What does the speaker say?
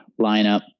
lineup